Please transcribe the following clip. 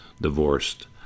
divorced